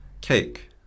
cake